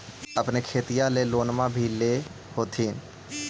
अपने खेतिया ले लोनमा भी ले होत्थिन?